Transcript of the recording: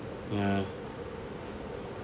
yeah